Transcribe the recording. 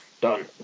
done